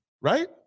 Right